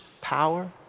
power